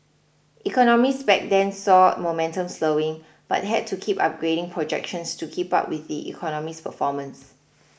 economists back then saw momentum slowing but had to keep upgrading projections to keep up with the economy's performance